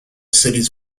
cities